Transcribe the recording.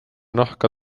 nahka